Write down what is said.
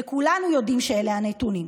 וכולנו יודעים שאלה הנתונים.